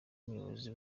umuyobozi